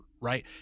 right